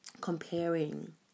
comparing